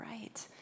right